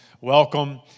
Welcome